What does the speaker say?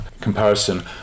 comparison